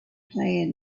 plan